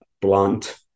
blunt